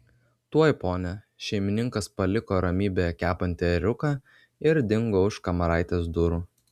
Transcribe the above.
tuoj pone šeimininkas paliko ramybėje kepantį ėriuką ir dingo už kamaraitės durų